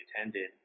attended